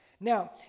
Now